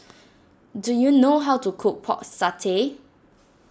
do you know how to cook Pork Satay